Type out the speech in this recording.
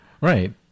Right